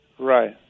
Right